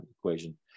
equation